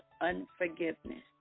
unforgiveness